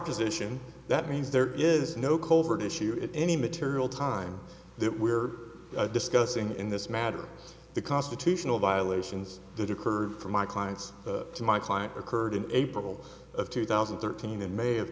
position that means there is no covert issue in any material time that we are discussing in this matter the constitutional violations that occurred from my clients to my client occurred in april of two thousand and thirteen in may of